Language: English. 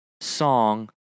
song